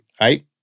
Right